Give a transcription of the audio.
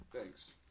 Thanks